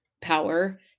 power